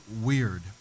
weird